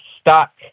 stuck